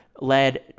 Led